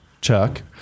Chuck